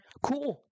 Cool